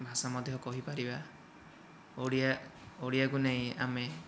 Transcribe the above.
ଭାଷା ମଧ୍ୟ କହିପାରିବା ଓଡ଼ିଆ ଓଡ଼ିଆକୁ ନେଇ ଆମେ